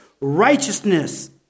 righteousness